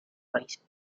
países